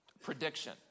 prediction